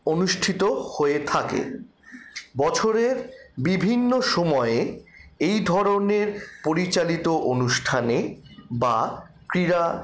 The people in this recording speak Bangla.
অনুষ্ঠিত হয়ে থাকে বছরের বিভিন্ন সময়ে এই ধরণের পরিচালিত অনুষ্ঠানে বা ক্রীড়া